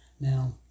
Now